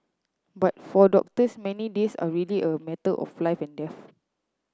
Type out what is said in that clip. but for doctors many days are really a matter of life and death